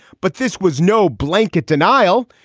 but this was no blanket denial.